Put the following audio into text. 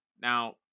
Now